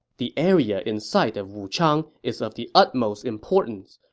the area in sight of wuchang is of the utmost importance.